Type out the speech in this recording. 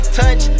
touch